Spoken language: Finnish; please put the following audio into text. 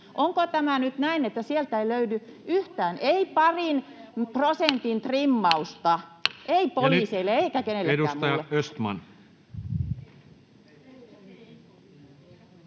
Onko tämä nyt näin, että sieltä ei löydy yhtään, ei parin prosentin trimmausta? Ei poliiseille eikä kenellekään muulle? [Speech